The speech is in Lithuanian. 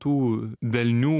tų velnių